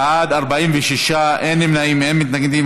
בעד, 46, אין נמנעים ואין מתנגדים.